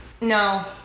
no